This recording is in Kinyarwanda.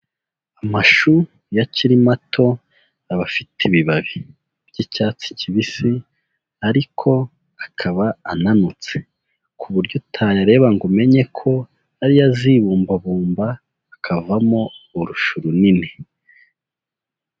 Amashu iyo akiri mato, aba afite ibibabi by'icyatsi kibisi ariko akaba ananutse ku buryo utayareba ko umenye ko ari yo azibumbabumba, akavamo urushu runini.